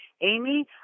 Amy